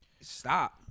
stop